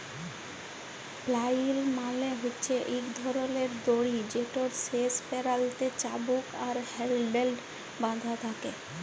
flail মালে হছে ইক ধরলের দড়ি যেটর শেষ প্যারালতে চাবুক আর হ্যাল্ডেল বাঁধা থ্যাকে